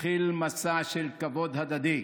והתחיל מסע של כבוד הדדי,